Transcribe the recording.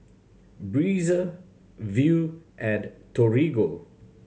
Breezer Viu and Torigo